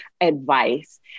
advice